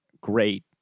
great